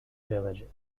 villages